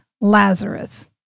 Lazarus